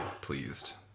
pleased